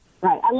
right